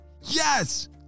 Yes